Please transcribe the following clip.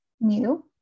new